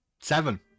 Seven